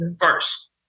first